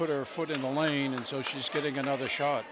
put her foot in the lane and so she is getting another shot